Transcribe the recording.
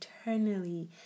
eternally